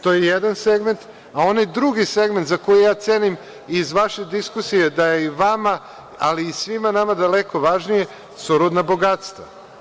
To je jedan segment, a onaj drugi segment za koji ja cenim iz vaše diskusije da je i vama, ali i svima nama daleko važnije su rudna bogatstva.